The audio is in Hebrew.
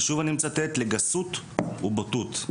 ושוב אני מצטט: "לגסות ובוטות".